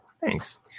Thanks